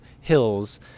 hills